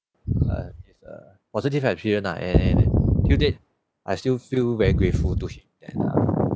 uh is a positive experience lah and and and till date I still feel very grateful to him and err